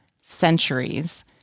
centuries—